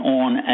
on